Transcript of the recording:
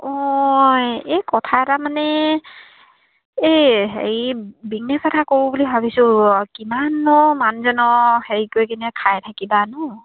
অঁ এই কথা এটা মানে এই হেৰি বিজনেছ এটা কৰোঁ বুলি ভাবিছোঁ কিমাননো মানুহজনৰ হেৰি কৰি কিনে খাই থাকিবানো